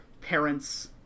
parents